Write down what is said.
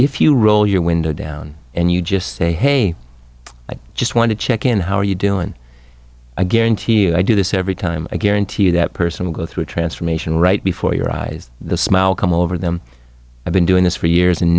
if you roll your window down and you just say hey i just want to check in how are you doing a guarantee i do this every time i guarantee you that person will go through a transformation right before your eyes the smile come over them i've been doing this for years and